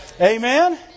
Amen